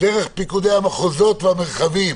דרך פיקודי המחוזות והמרחבים,